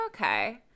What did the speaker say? Okay